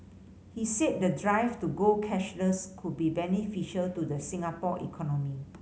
he said the drive to go cashless could be beneficial to the Singapore economy